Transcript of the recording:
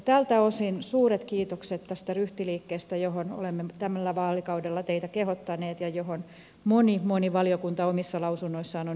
tältä osin suuret kiitokset tästä ryhtiliikkeestä johon olemme tällä vaalikaudella teitä kehottaneet ja johon moni moni valiokunta omissa lausunnoissaan on yhtynyt